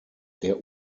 der